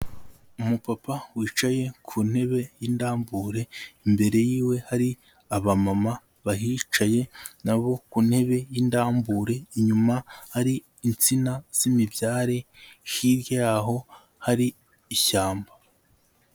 Umupapa wicaye ku ntebe y'indambure, imbere y'iwe hari abamama bahicaye na bo ku ntebe y'indambure, inyuma hari insina z'imibyare hirya yaho hari ishyamba.